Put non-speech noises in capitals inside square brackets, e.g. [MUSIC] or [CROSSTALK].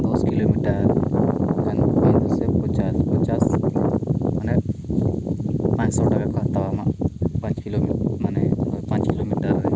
ᱫᱚᱥᱠᱤᱞᱳᱢᱤᱴᱟᱨ [UNINTELLIGIBLE] ᱯᱚᱪᱟᱥ ᱯᱚᱪᱟᱥ ᱢᱟᱱᱮ ᱯᱟᱸᱪᱥᱚ ᱴᱟᱠᱟ ᱠᱚ ᱦᱟᱛᱟᱣᱟ ᱟᱢᱟ ᱯᱟᱸᱪᱠᱤᱞᱳᱢᱤᱴᱟᱨ ᱢᱟᱱᱮ ᱯᱟᱸᱪᱠᱤᱞᱳᱢᱤᱴᱟᱨ ᱨᱮ